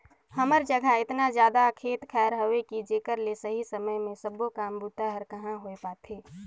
हमर जघा एतना जादा खेत खायर हवे कि जेकर ले सही समय मे सबो काम बूता हर कहाँ होए पाथे